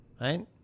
Right